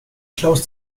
closed